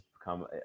become